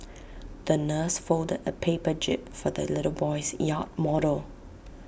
the nurse folded A paper jib for the little boy's yacht model